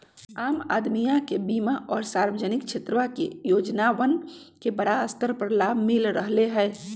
आम अदमीया के बीमा और सामाजिक क्षेत्रवा के योजनावन के बड़ा स्तर पर लाभ मिल रहले है